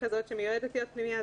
כזאת שמיועדת להיות פנימייה,